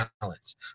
balance